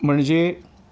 म्हणजे